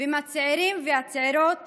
ועם הצעירים והצעירות